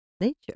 nature